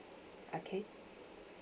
okay